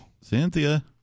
Cynthia